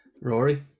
Rory